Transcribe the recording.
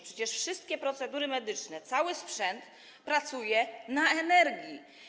Przecież wszystkie procedury medyczne, cały sprzęt pracuje na energii.